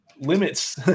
limits